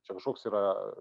čia kažkoks yra